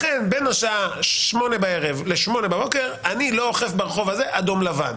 לכן בין השעה 20:00 ל-08:00 אני לא אוכף ברחוב הזה אדום-לבן.